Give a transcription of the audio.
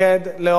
הוא לא אמר את זה.